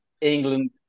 England